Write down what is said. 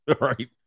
right